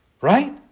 Right